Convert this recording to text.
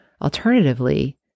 Alternatively